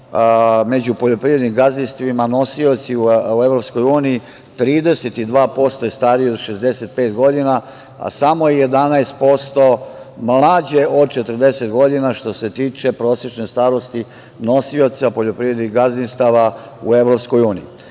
među poljoprivrednim gadzinstvima, nosioci u EU 32% je starije od 65 godine, a samo 11% mlađe od 40 godina, što se tiče prosečne starosti, nosioca poljoprivrednih gazdinstava u